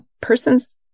persons